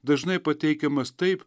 dažnai pateikiamas taip